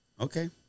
Okay